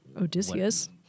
Odysseus